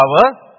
power